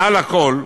מעל לכול,